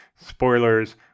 spoilers